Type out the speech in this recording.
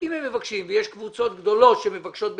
אם הם מבקשים ויש קבוצות גדולות שמבקשות בנפרד,